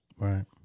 Right